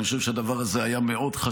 אני חושב שהדבר הזה היה חשוב מאוד,